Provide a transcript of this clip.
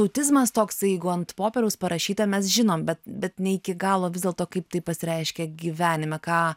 autizmas toksai jeigu ant popieriaus parašyta mes žinom bet bet ne iki galo vis dėlto kaip tai pasireiškia gyvenime ką